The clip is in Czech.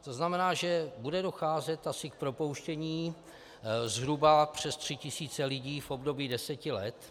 To znamená, že asi bude docházet k propouštění zhruba přes 3 tisíc lidí v období deseti let.